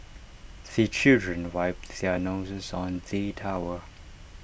the children wipe their noses on the towel